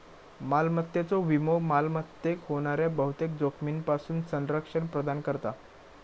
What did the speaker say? मालमत्तेचो विमो मालमत्तेक होणाऱ्या बहुतेक जोखमींपासून संरक्षण प्रदान करता